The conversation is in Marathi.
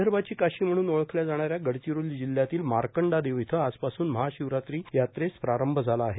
विदर्भाची काशी म्हणून ओळखल्या जाणाऱ्या गडचिरोली जिल्ह्यातील मार्कडादेव येथे आजपासून महाशिवरात्री यात्रेस प्रारंभ झाला आहे